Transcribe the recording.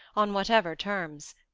on whatever terms.